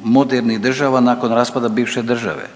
modernih država nakon raspada bivše države,